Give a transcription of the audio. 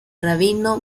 rabino